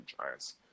Giants